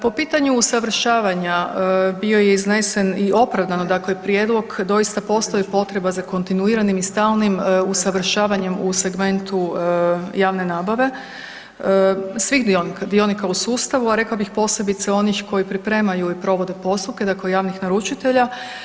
Po pitanju usavršavanja bio je iznesen i opravdano dakle prijedlog doista postoji potreba za kontinuiranim i stalnim usavršavanjem u segmentu javne nabave, svih dionika, dionika u sustavu, a rekla bih posebice onih koji pripremaju i provode postupke dakle javnih naručitelja.